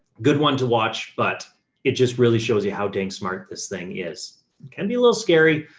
good one to watch, but it just really shows you how dang smart this thing is can be a little scary,